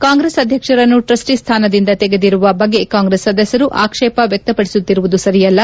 ಕಾಂಗ್ರೆಸ್ ಅಧ್ಯಕ್ಷರನ್ನು ಟ್ರಸ್ಟಿ ಸ್ಥಾನದಿಂದ ತೆಗೆದಿರುವ ಬಗ್ಗೆ ಕಾಂಗ್ರೆಸ್ ಸದಸ್ಕರು ಆಕ್ಷೇಪ ವ್ಯಕ್ತಪಡಿಸುತ್ತಿರುವುದು ಸರಿಯಲ್ಲ